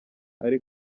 ari